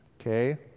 Okay